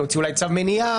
להוציא אולי צו מניעה,